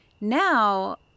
now